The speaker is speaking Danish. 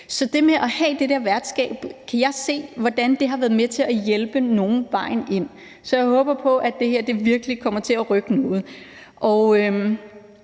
det med at have det der værtskab har været med til at hjælpe nogle på vejen ind, så jeg håber på, at det her virkelig kommer til at rykke noget.